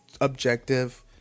objective